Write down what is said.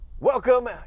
Welcome